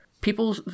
people